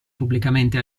pubblicamente